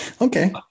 Okay